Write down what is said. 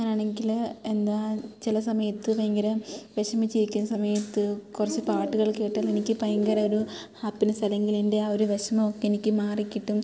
ഞാനാണെങ്കിൽ എന്താ ചില സമയത്ത് ഭയങ്കര വിഷമിച്ചിരിക്കുന്ന സമയത്ത് കുറച്ച് പാട്ടുകൾ കേട്ടാൽ എനിക്ക് ഭയങ്കര ഒരു ഹാപ്പിനെസ്സ് അല്ലെങ്കിൽ എൻ്റെ ആ ഒരു വിഷമം ഒക്കെ എനിക്ക് മാറി കിട്ടും